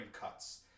cuts